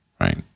right